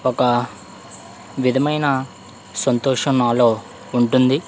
ఒక విధమైన సంతోషం నాలో ఉంటుంది